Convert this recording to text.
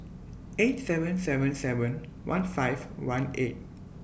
eight seven seven seven one five one eight